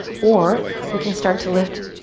or we can start to lift.